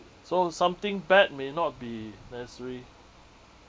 so something bad may not be necessary